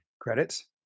credits